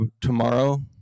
tomorrow